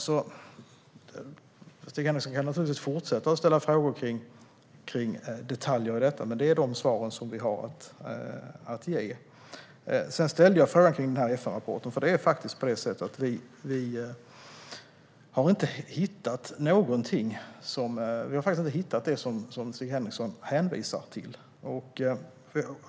Stig Henriksson kan naturligtvis fortsätta att ställa frågor om detaljer, men de är svaren vi har att ge. Jag ställde en fråga om FN-rapporten. Vi har inte hittat det som Stig Henriksson hänvisar till.